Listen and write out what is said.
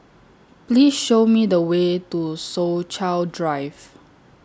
Please Show Me The Way to Soo Chow Drive